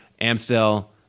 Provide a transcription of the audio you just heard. Amstel